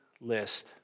list